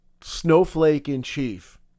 snowflake-in-chief